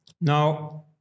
Now